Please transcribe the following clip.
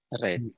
right